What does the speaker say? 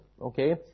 okay